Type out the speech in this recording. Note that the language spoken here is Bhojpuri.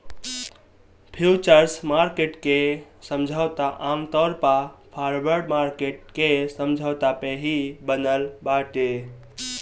फ्यूचर्स मार्किट के समझौता आमतौर पअ फॉरवर्ड मार्किट के समझौता पे ही बनल बाटे